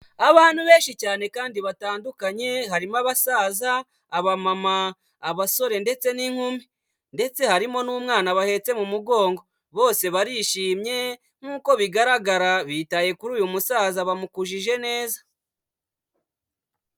Abantu benshi cyane kandi batandukanye, harimo abasaza, abamama, abasore, ndetse n'inkumi, ndetse harimo n'umwana bahetse mu mugongo, bose barishimye, nk'uko bigaragara bitaye kuri uyu musaza, bamukujije neza.